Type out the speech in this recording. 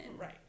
Right